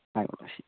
ആയിക്കോട്ടെ ശരി